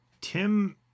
Tim